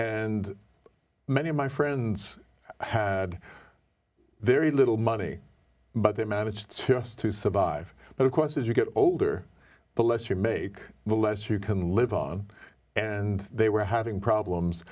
and many of my friends had very little money but they managed to just to survive but of course as you get older the less you make the less you can live on and they were having problems